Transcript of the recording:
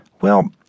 Well